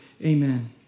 amen